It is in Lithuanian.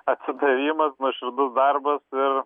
atsidavimas nuoširdus darbas ir